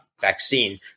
Vaccine